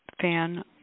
fan